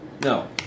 No